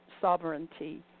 sovereignty